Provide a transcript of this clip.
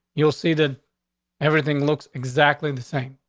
you'll see that everything looks exactly the same.